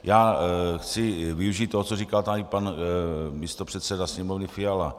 Já chci využít toho, co tady říkal pan místopředseda Sněmovny Fiala.